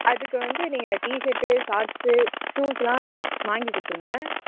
அதுக்கு வந்து நீங்கள் டிசர்ட்டு சாட்ஸ் ஷூஸுலாம் வாங்கிக் கொடுத்துருங்க